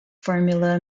formula